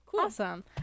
awesome